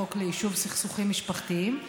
החוק ליישוב סכסוכים משפטיים,